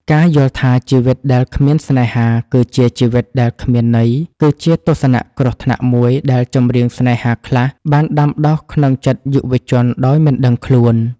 ការយល់ថាជីវិតដែលគ្មានស្នេហាគឺជាជីវិតដែលគ្មានន័យ គឺជាទស្សនៈគ្រោះថ្នាក់មួយដែលចម្រៀង ស្នេហា ខ្លះបានដាំដុះក្នុងចិត្តយុវជនដោយមិនដឹងខ្លួន។